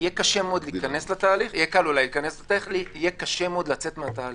יהיה קל אולי להיכנס לתהליך אבל יהיה קשה מאוד לצאת מהתהליך.